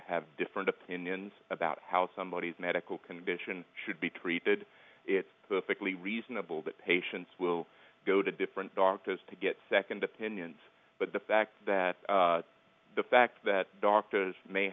have different opinions about how somebody is medical condition should be treated it's perfectly reasonable that patients will go to different doctors to get second opinions but the fact that the fact that doctors may